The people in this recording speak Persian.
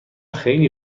خیلی